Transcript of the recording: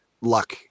luck